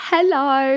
Hello